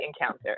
encounter